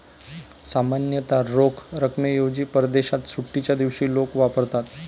सामान्यतः रोख रकमेऐवजी परदेशात सुट्टीच्या दिवशी लोक वापरतात